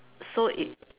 so it